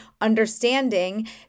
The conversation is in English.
understanding